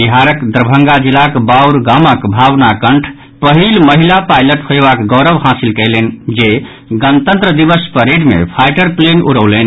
बिहारक दरभंगा जिलाक बाउर गामक भावना कंठ पहिल महिला पायलट होयवाक गौरव हासिल कयलनि जे गणतंत्र दिवस परेड मे फाइटर प्लेन उड़ौलनि